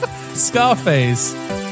Scarface